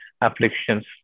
afflictions